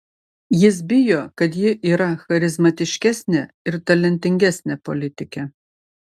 jis bijo kad ji yra charizmatiškesnė ir talentingesnė politikė